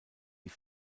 die